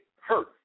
hurt